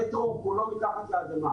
המטרו כולו מתחת לאדמה.